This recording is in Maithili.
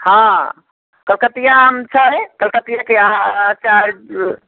हँ कलकतिआ आम छै कलकतियेके अहाँ अचार जे